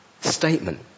statement